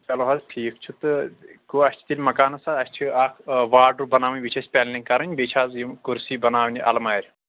چَلو حظ ٹھیٖک چھُ تہٕ گوٚو اَسہِ چھِ تیٚلہِ مکانَس حظ اَسہِ چھِ اَتھ واڈروٗم بَناوٕنۍ بیٚیہِ چھِ اَسہِ پینلِنٛگ کَرٕنۍ بیٚیہِ چھِ حظ یِم کُرسی بَناونہِ المارِ